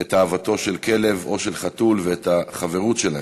את אהבתו של כלב או של חתול ואת החברות שלהם.